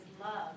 love